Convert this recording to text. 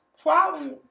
problem